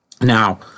Now